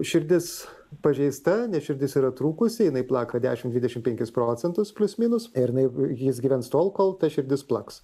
širdis pažeista širdis yra trūkusi jinai plaka dešimt dvidešimt penkis procentus plius minus ir jinai jis gyvens tol kol ta širdis plaks